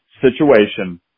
situation